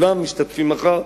כולם משתתפים מחר,